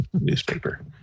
newspaper